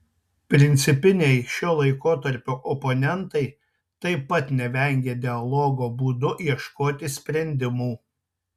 principiniai šio laikotarpio oponentai taip pat nevengė dialogo būdu ieškoti sprendimų